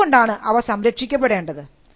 എന്തുകൊണ്ടാണ് അവ സംരക്ഷിക്കപ്പെടേണ്ടത്